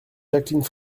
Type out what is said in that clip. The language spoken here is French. jacqueline